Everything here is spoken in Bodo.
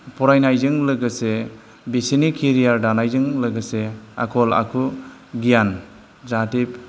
फरायनायजों लोगोसे बिसोरनि केरियार दानायजों लोगोसे आखल आखु गियान जाहाथे